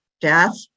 death